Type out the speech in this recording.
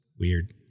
Weird